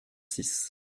six